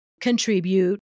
contribute